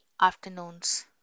afternoons